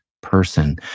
person